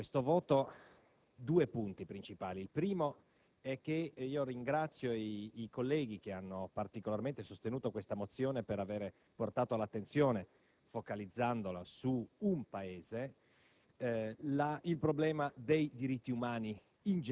Vorrei sottolineare, nell'esprimere questo nostro voto, due punti principali. In primo luogo, ringrazio i colleghi che hanno particolarmente sostenuto questa mozione per aver portato all'attenzione, focalizzandolo su un Paese,